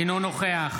אינו נוכח